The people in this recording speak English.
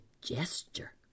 gesture